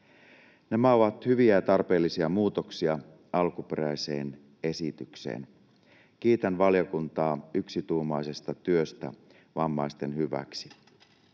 Nämä ovat hyviä ja tarpeellisia muutoksia alkuperäiseen esitykseen. Kiitän valiokuntaa yksituumaisesta työstä vammaisten hyväksi.